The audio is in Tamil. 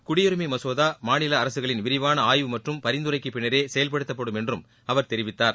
குடியுரிமைமசோதாமாநிலஅரசுகளின் விரிவானஆய்வு மற்றும் பரிந்தரைக்குபின்னரேசெயல்படுத்தப்படும் என்றுஅவர் தெரிவித்தார்